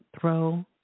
throw